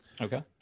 Okay